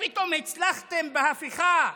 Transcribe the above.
פתאום הצלחתם בהפיכה,